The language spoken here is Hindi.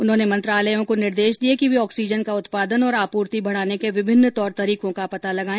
उन्होंने मंत्रालयों को निर्देश दिये कि वे ऑक्सीजन का उत्पादन और आपूर्ति बढाने के विभिन्न तौर तरीकों का पता लगाए